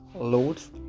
loads